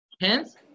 hence